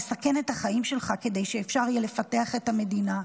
לסכן את החיים שלך כדי שאפשר יהיה לפתח את המדינה.